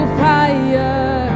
fire